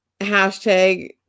hashtag